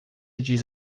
diz